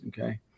Okay